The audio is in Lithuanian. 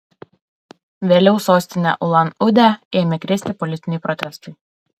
vėliau sostinę ulan udę ėmė krėsti politiniai protestai